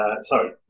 sorry